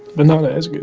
but not as